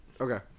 okay